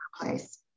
place